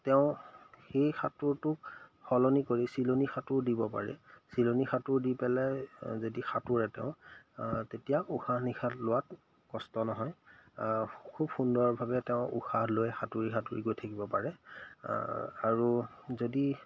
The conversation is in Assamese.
তেওঁ সেই সাঁতোৰটোক সলনি কৰি চিলনি সাঁতোৰো দিব পাৰে চিলনী সাঁতোৰ দি পেলাই যদি সাঁতোৰে তেওঁ তেতিয়া উশাহ নিশাহ লোৱাত কষ্ট নহয় খুব সুন্দৰভাৱে তেওঁ উশাহ লৈ সাঁতুৰি সাঁতুৰি কৰি থাকিব পাৰে আৰু যদি